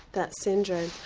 that syndrome.